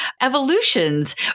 evolutions